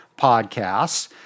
podcasts